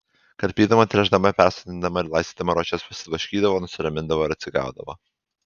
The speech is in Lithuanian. karpydama tręšdama persodindama ir laistydama rožes prasiblaškydavo nusiramindavo ir atsigaudavo